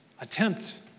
attempt